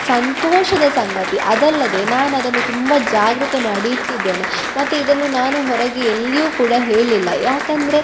ಸಂತೋಷದ ಸಂಗತಿ ಅದಲ್ಲದೆ ನಾನು ಅದನ್ನು ತುಂಬ ಜಾಗ್ರತೆ ಮಾಡಿ ಇಟ್ಟಿದ್ದೇನೆ ಮತ್ತು ಇದನ್ನು ನಾನು ಹೊರಗೆ ಎಲ್ಲಿಯೂ ಕೂಡ ಹೇಳಿಲ್ಲ ಯಾಕಂದರೆ